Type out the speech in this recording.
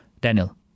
Daniel